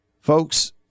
Folks